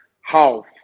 half